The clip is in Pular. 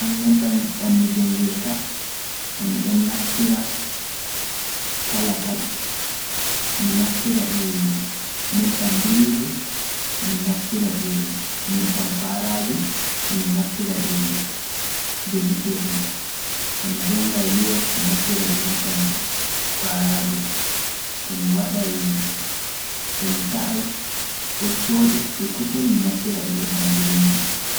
Dɗam nebbam ɗam mi jonngirta e mi ɗon naftira kala tati(three), mi naftira e nebbam biriji, mi naftira e nebbam kuaraaje, mi naftira e vejetable, to mi jonnga e liyo mi naftira e nebbam kuaraaje, to mi waɗa e to mi saa'i ɓoccooɗe e kusel mi naftira e nebbam biriji.